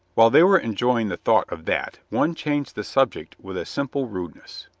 while they were enjoying the thought of that, one changed the subject with a sim ple rudeness.